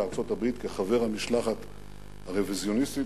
לארצות-הברית כחבר המשלחת הרוויזיוניסטית.